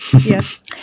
Yes